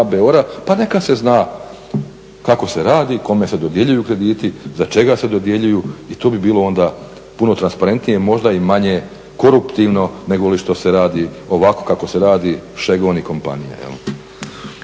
pa neka se zna kako se radi i kome se dodjeljuju krediti, za čega se dodjeljuju i to bi bilo onda puno transparentnije, možda i manje koruptivno negoli što se radi ovako kako se radi Šegon i kompanija.